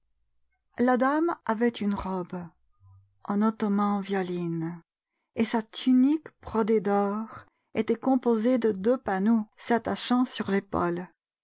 la dame avait une robe en ottoman violine et sa tunique brodée d'or était composée de deux panneaux s'attachant sur l'épaule